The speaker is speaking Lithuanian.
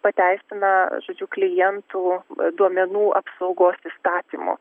pateisina žodžiu klientų duomenų apsaugos įstatymu